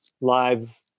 live